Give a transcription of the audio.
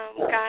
guys